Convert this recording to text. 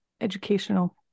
educational